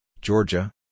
Georgia